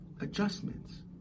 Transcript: adjustments